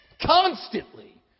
Constantly